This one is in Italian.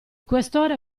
questore